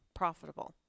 profitable